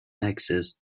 access